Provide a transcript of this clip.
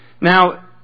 Now